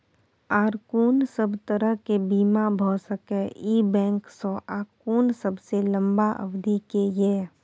आर कोन सब तरह के बीमा भ सके इ बैंक स आ कोन सबसे लंबा अवधि के ये?